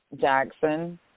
Jackson